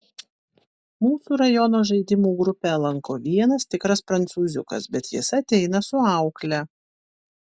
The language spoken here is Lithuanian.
mūsų rajono žaidimų grupę lanko vienas tikras prancūziukas bet jis ateina su aukle